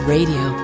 Radio